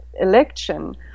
election